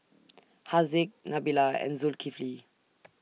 Haziq Nabila and Zulkifli